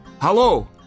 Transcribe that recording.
Hello